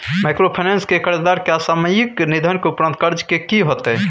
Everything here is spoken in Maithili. माइक्रोफाइनेंस के कर्जदार के असामयिक निधन के उपरांत कर्ज के की होतै?